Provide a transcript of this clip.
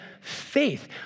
faith